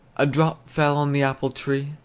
a drop fell on the apple tree,